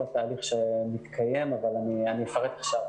התהליך שמתקיים אבל אני אפרט עכשיו.